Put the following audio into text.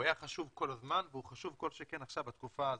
הוא היה חשוב כל הזמן וחשוב כל שכן עכשיו בתקופה הזאת.